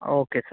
okay sir